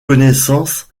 connaissance